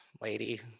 lady